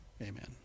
amen